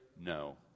No